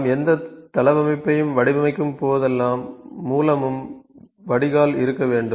நாம் எந்த தளவமைப்பையும் வடிவமைக்கும்போதெல்லாம் மூலமும் வடிகால் இருக்க வேண்டும்